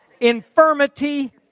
infirmity